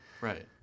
Right